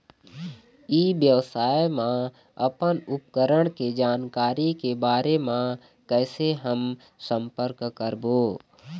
ई व्यवसाय मा अपन उपकरण के जानकारी के बारे मा कैसे हम संपर्क करवो?